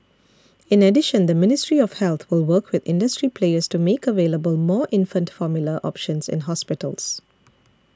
in addition the Ministry of Health will work with industry players to make available more infant formula options in hospitals